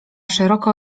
szeroko